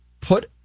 put